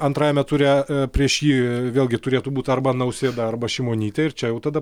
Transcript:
antrajame ture prieš jį vėlgi turėtų būt arba nausėda arba šimonytė ir čia jau tada